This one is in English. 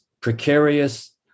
precarious